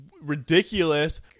ridiculous